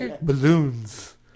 Balloons